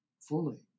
fully